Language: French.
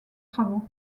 travaux